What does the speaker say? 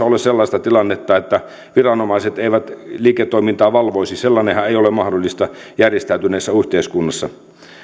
ole sellaista tilannetta että viranomaiset eivät liiketoimintaa valvoisi sellainenhan ei ole mahdollista järjestäytyneessä yhteiskunnassa